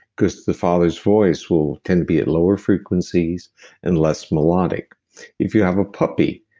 because the father's voice will tend to be at lower frequencies and less melodic if you have a puppy,